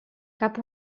cap